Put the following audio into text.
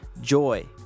joy